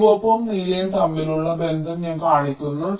ചുവപ്പും നീലയും തമ്മിലുള്ള ബന്ധം ഞാൻ കാണിക്കുന്നു